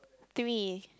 three